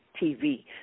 TV